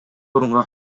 орунга